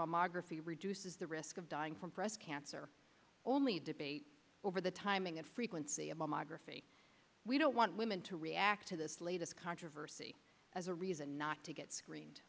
mammography reduces the risk of dying from breast cancer only debate over the timing and frequency of the margraf we don't want women to react to this latest controversy as a reason not to get screened